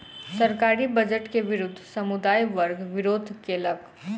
सरकारी बजट के विरुद्ध समुदाय वर्ग विरोध केलक